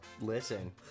listen